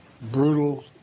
brutal